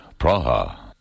Praha